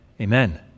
Amen